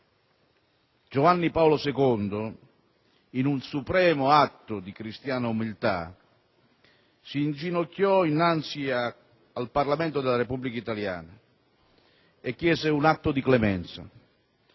Giovanni Paolo II, in un supremo atto di cristiana umiltà, si inginocchiò innanzi al Parlamento della Repubblica italiana e chiese un atto di clemenza,